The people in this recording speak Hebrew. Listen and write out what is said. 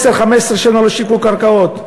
10 15 שנה לא שיווקו קרקעות,